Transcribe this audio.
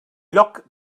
lloc